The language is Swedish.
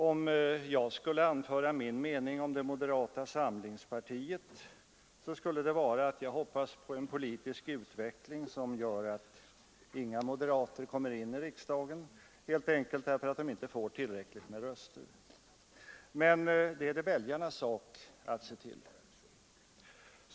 Om jag skulle anföra min mening om moderata samlingspartiet, skulle det vara att jag hoppas på en politisk utveckling som gör att inga moderater kommer in i riksdagen, helt enkelt därför att de inte får tillräckligt med röster. Men det är väljarnas sak att se till detta.